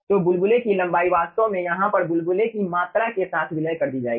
तो बुलबुले की लंबाई वास्तव में यहाँ पर बुलबुले की मात्रा के साथ विलय कर दी जाएगी